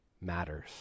matters